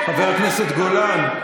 חבר הכנסת גולן,